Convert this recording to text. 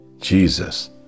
Jesus